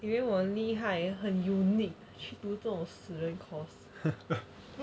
以为我很厉害 then 很 unique 去读这种死人 course